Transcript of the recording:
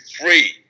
free